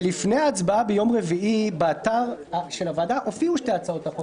שלפני ההצבעה ביום רביעי באתר של הוועדה הופיעו שתי הצעות החוק.